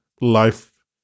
life